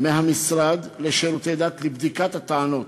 מהמשרד לשירותי דת לבדיקת הטענות,